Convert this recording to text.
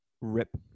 Rip